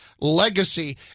legacy